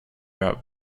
route